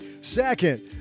Second